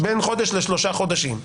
בין חודש לשלושה חודשים.